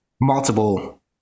multiple